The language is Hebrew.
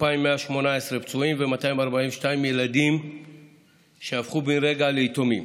2,118 נפצעו ו-242 ילדים הפכו ברגע ליתומים.